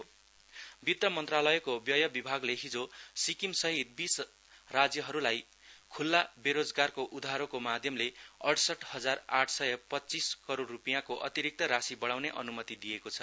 state borrowing वित्त मन्त्रालयको व्यय विभागले हिजो सिक्किम सहित बीस राज्यहरुलाई खुल्ला बजारको उधारोको माध्यमले अडसट हजार आठ सय पञ्चीस करोड रुपियाँको अतिरिक्त राशि बढाउने अनुमती दिएको छ